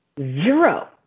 Zero